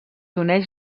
uneix